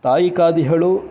तैकादिहलु